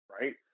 right